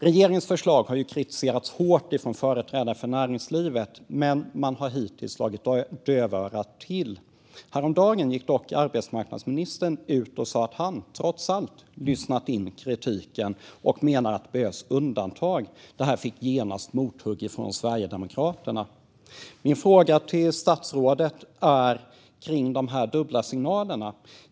Regeringens förslag har kritiserats hårt från företrädare för näringslivet, men hittills har man slagit dövörat till. Häromdagen gick dock arbetsmarknadsministern ut och sa att han trots allt lyssnat in kritiken och menar att det behövs undantag. Det här fick genast mothugg från Sverigedemokraterna. Min fråga går till statsrådet Maria Malmer Stenergard och handlar om de dubbla signalerna.